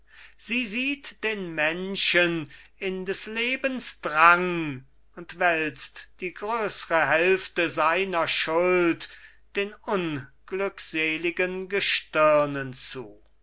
sie sieht den menschen in des lebens drang und wälzt die größre hälfte seiner schuld den unglückseligen gestirnen zu